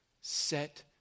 set